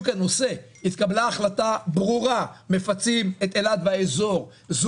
שלא יתבלבלו לרגע, לא עושים לנו טובה.